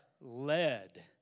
led